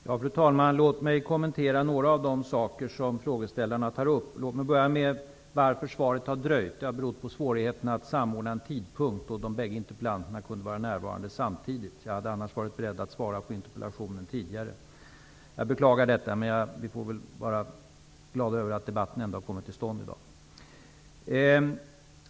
Herr talman! Låt mig kommentera några av de saker som frågeställarna tar upp. Att interpellationssvaret har dröjt beror på svårigheter att samordna en tidpunkt då de bägge interpellanterna samtidigt kunde vara närvarande. Jag har annars varit beredd att svara på interpellationen tidigare. Jag beklagar detta, men låt oss vara glada över att debatten kommit till stånd i dag.